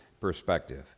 perspective